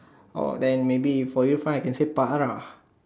oh then maybe for you fine I can say Farah